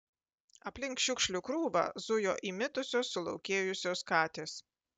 aplink šiukšlių krūvą zujo įmitusios sulaukėjusios katės